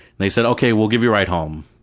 they said, ok, we'll give you a ride home.